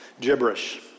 Gibberish